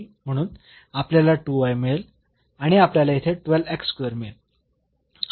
म्हणून आपल्याला मिळेल आणि आपल्याला येथे मिळेल